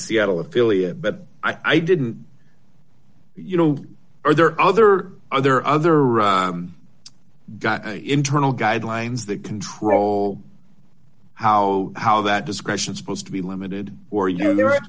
seattle affiliate but i didn't you know are there other other other got internal guidelines their control how how that discretion supposed to be limited or you know there